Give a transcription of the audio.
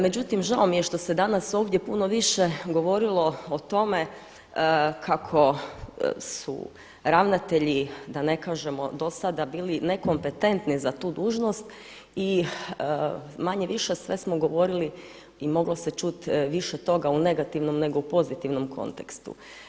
Međutim, žao mi je što se danas ovdje puno više govorilo o tome kako su ravnatelji da ne kažemo do sada bili nekompetentni za tu dužnost i manje-više sve smo govorili i moglo se čuti više toga u negativnom nego u pozitivnom kontekstu.